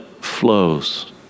flows